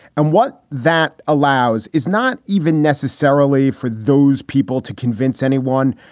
and what that allows is not even necessarily for those people to convince anyone,